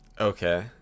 Okay